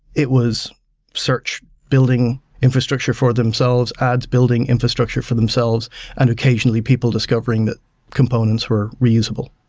it was search building infrastructure for themselves, ads building infrastructure for themselves and occasionally people discovering that components were reusable.